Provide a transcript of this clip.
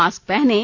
mask पहनें